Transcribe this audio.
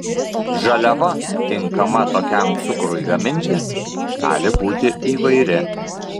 žaliava tinkama tokiam cukrui gaminti gali būti įvairi